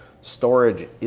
storage